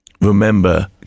remember